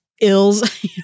ills